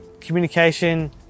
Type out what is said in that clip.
communication